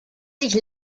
sich